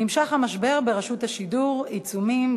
המשבר ברשות השידור נמשך: עיצומים,